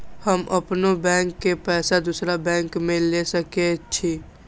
हम अपनों बैंक के पैसा दुसरा बैंक में ले सके छी?